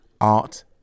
Art